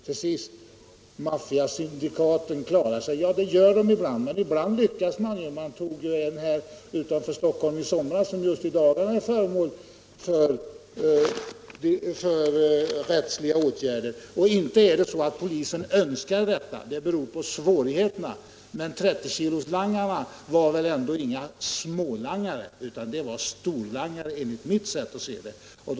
Till sist har det också sagts att maffiasyndikaten klarar sig. Ja, det gör de ofta. Men ibland gör de det inte. Polisen tog som bekant i somras utanför Stockholm en storlangare som just i dagarna är föremål för rättsliga åtgärder. Och det är visst inte så att polisen önskar ha det på detta sätt. Det beror på svårigheterna. Och de som langar 30 kilo är väl ändå inga smålangare! Enligt mitt sätt att se är de storlangare.